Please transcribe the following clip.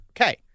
Okay